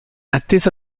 attesa